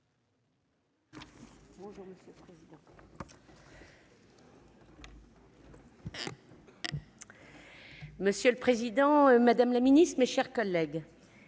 Monsieur le président, madame la ministre, mes chers collègues,